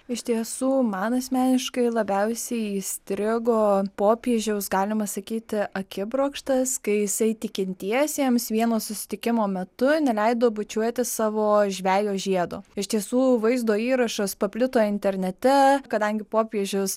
iš tiesų man asmeniškai labiausiai įstrigo popiežiaus galima sakyti akibrokštas kai jisai tikintiesiems vieno susitikimo metu neleido bučiuoti savo žvejo žiedo iš tiesų vaizdo įrašas paplito internete kadangi popiežius